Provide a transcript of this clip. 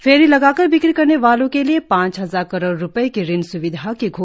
फेरी लगाकर बिक्री करने वालों के लिए पांच हजार करोड रुपये की ऋण स्विधा की घोषणा की गई है